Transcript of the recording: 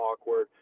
awkward